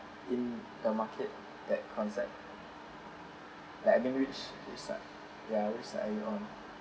in the market that concept like I mean which side ya which side you own